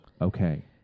Okay